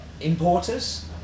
importers